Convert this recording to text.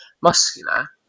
muscular